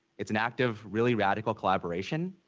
it's an active, really radical collaboration.